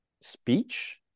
speech